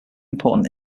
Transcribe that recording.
important